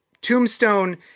Tombstone